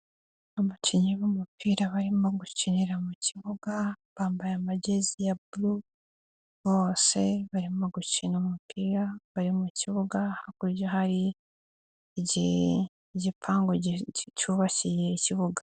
Abakinnyi b'umupira barimo gukinira mu kibuga, bambaye amagezi ya bulu bose, barimo gukina umupira, bari mu kibuga, hakurya hari igipangu cyubakiye ikibuga.